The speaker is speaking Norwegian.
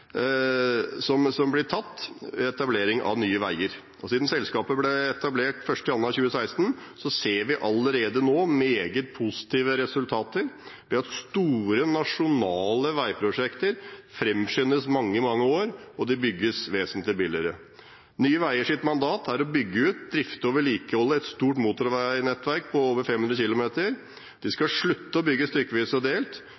som blir tatt ved etablering av Nye Veier. Siden selskapet ble etablert 1. januar 2016, ser vi allerede nå meget positive resultater ved at store nasjonale veiprosjekter framskyndes mange år og bygges vesentlig billigere. Nye Veiers mandat er å bygge ut, drifte og vedlikeholde et stort motorveinettverk på over 500 km. Det blir slutt på å bygge stykkevis og delt,